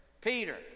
Peter